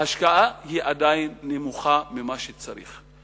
ההשקעה היא עדיין נמוכה ממה שצריך.